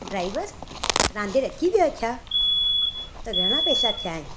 driver रांदे रखी वियो छा त घणा पेसा थिया आहिनि